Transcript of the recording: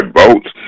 votes